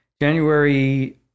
January